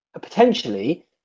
potentially